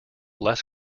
less